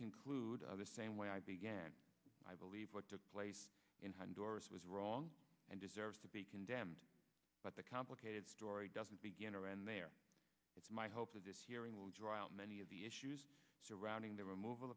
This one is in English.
conclude of the same way i began i believe what took place in honduras was wrong and deserves to be condemned but the complicated story doesn't begin or end there it's my hope that this hearing will dry out many of the issues surrounding the remov